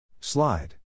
Slide